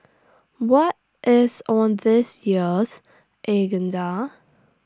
what is on this year's agenda